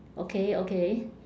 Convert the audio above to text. okay okay